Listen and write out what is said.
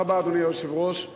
אדוני היושב-ראש,